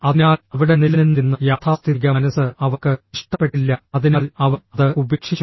അതിനാൽ അവിടെ നിലനിന്നിരുന്ന യാഥാസ്ഥിതിക മനസ്സ് അവർക്ക് ഇഷ്ടപ്പെട്ടില്ല അതിനാൽ അവർ അത് ഉപേക്ഷിച്ചു